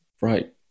right